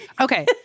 Okay